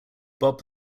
bob